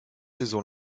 saison